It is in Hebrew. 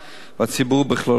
והציבור בכללותו.